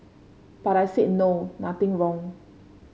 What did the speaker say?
but I said no nothing wrong